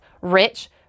rich